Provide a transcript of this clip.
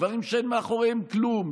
דברים שאין מאחוריהם כלום.